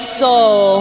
soul